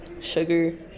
sugar